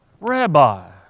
Rabbi